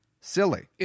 silly